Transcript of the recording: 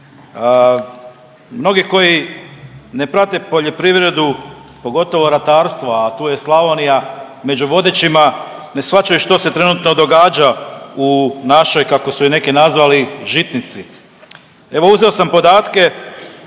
mnogi koji ne prate poljoprivredu pogotovo ratarstva, a tu je Slavonija među vodećima, ne shvaćaju što se trenutno događa u našoj, kako su je neki nazvali, žitnici. Evo uzeo sam podatke